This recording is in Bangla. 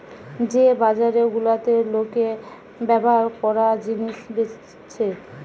যে বাজার গুলাতে লোকে ব্যভার কোরা জিনিস বেচছে